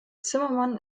zimmermann